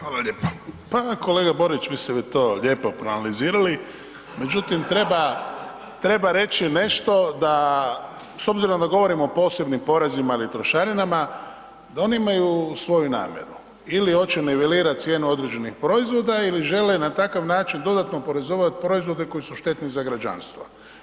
Fala ljepo, pa kolega Borić, vi ste sve to ljepo proanalizirali, međutim treba, treba reći nešto da s obzirom da govorimo o posebnim porezima ili trošarinama da oni imaju svoju namjenu ili hoće nivelirat cijenu određenih proizvoda ili žele na takav način dodatno oporezovat proizvode koji su štetni za građanstvo.